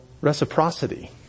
reciprocity